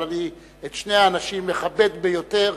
אבל את שני האנשים אני מכבד ביותר,